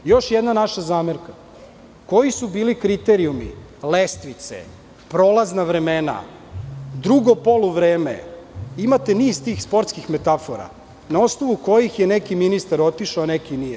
Još jedna naša zamerka – koji su bili kriterijumi lestvice, prolazna vremena, drugo poluvreme, imate niz sportskih metafora, na osnovu kojih je neki ministar otišao, a neki nije?